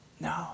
No